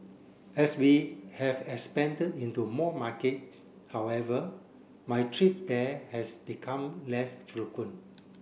as we have expanded into more markets however my trip there has become less frequent